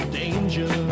danger